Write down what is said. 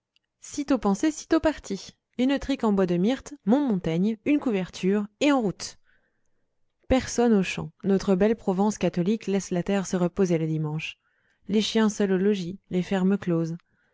sitôt pensé sitôt parti une trique en bois de myrte mon montaigne une couverture et en route personne aux champs notre belle provence catholique laisse la terre se reposer le dimanche les chiens seuls au logis les fermes closes